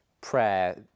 Prayer